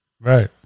Right